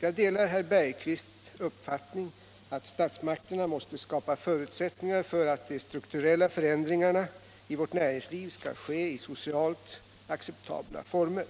Jag delar herr Bergqvists uppfattning att statsmakterna måste skapa förutsättningar för att de strukturella förändringarna i vårt näringsliv skall ske i socialt acceptabla former.